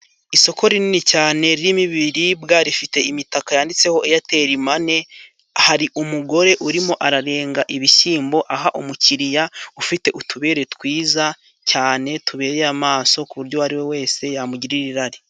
Isoko rinini cyane ririmo ibiribwa, rifite imitaka yanditseho eyaterimane, hari umugore urimo ararenga ibishyimbo aha umukiriya ufite utubere twiza cyane tubereye amaso kuburyo uwo ari we wese yamugirira irari.